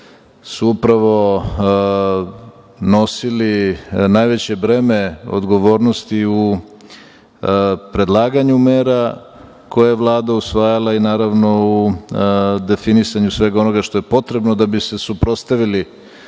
su upravo nosili najveće breme odgovornosti u predlaganju mera koje je Vlada usvajala i naravno u definisanju svega onoga što je potrebno da bi se suprotstavili